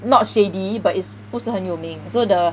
not shady but it's 不是很有名 so the